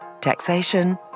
taxation